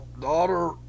Daughter